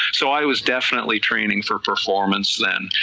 so i was definitely training for performance then,